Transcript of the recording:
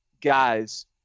guys